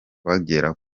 bakagera